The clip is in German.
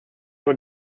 oder